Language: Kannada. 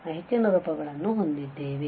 ನ ಹೆಚ್ಚಿನ ರೂಪಗಳನ್ನು ಹೊಂದಿದ್ದೇವೆ